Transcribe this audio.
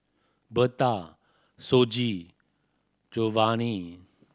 Bertha Shoji Jovanni